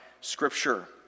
Scripture